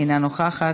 אינה נוכחת.